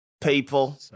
people